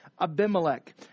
Abimelech